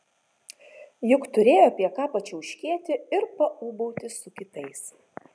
juk turėjo apie ką pačiauškėti ir paūbauti su kitais